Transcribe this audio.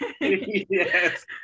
Yes